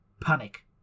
Panic